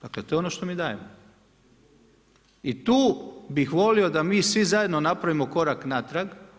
Dakle to je ono što mi dajemo i tu bih volio da mi svi zajedno napravimo korak natrag.